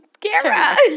camera